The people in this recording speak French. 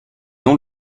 non